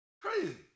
Crazy